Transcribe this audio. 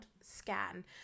scan